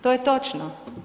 To je točno.